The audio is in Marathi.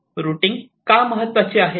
रुटींग का महत्वाचे आहे